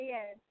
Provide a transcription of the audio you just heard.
Yes